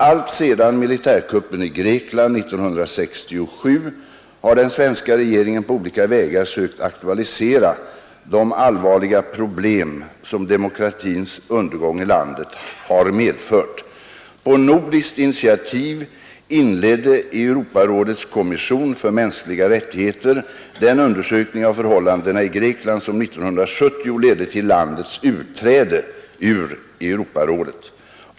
Alltsedan militärkuppen i Grekland 1967 har den svenska regeringen på olika vägar sökt aktualisera de allvarliga problem som demokratins undergång i landet medfört. På nordiskt initiativ inledde Europarådets kommission för mänskliga rättigheter den undersökning av förhållandena i Grekland, som 1970 ledde till landets utträde ur Europarådet.